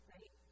Right